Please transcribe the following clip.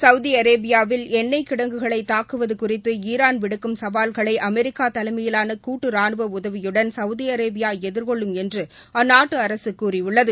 Saudi அரேபியாவில் எண்ணெய் கிடங்குகளை தாக்குவது குறித்து ஈரான் விடுக்கும் சவால்களை அமெிக்கா தலைமையிலான கூட்டு ரானுவ உதவியுடன் சௌதி அரேபியா எதிர்கொள்ளும் என்று அந்நாட்டு அரசு கூறியுள்ளது